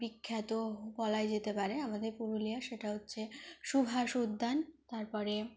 বিখ্যাত বলাই যেতে পারে আমাদের পুরুলিয়ার সেটা হচ্ছে সুভাষ উদ্যান তারপরে